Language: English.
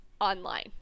online